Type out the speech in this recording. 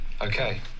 Okay